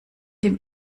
dem